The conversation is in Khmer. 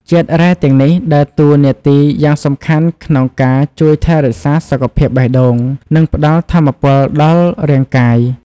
ជាតិរ៉ែទាំងនេះដើរតួនាទីយ៉ាងសំខាន់ក្នុងការជួយថែរក្សាសុខភាពបេះដូង និងផ្ដល់ថាមពលដល់រាងកាយ។